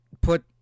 put